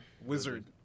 Wizard